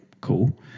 cool